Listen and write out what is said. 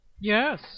Yes